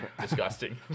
disgusting